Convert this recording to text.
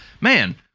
Man